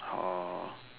orh